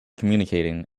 communicating